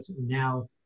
now